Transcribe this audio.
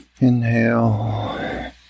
Inhale